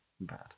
Bad